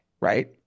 right